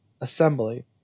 assembly